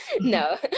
no